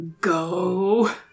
go